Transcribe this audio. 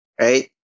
right